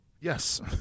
Yes